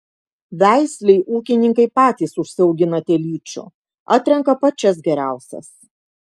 veislei ūkininkai patys užsiaugina telyčių atrenka pačias geriausias